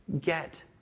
get